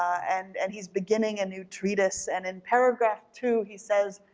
and and he's beginning a new treatise and in paragraph two he says,